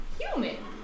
Human